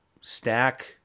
stack